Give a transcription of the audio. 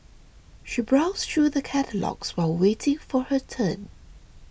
she browsed through the catalogues while waiting for her turn